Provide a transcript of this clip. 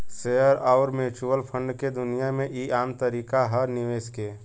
share अउर mutual fund के दुनिया मे ई आम तरीका ह निवेश के